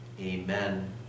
Amen